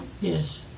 Yes